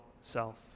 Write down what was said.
self